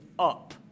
up